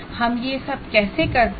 हम ये सब कैसे करते हैं